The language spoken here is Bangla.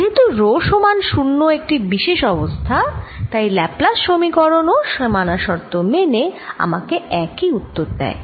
যেহেতু রো সমান 0 একটি বিশেষ অবস্থা তাই ল্যাপ্লাস সমীকরণ ও সীমানা শর্ত মেনে আমাকে একই উত্তর দেয়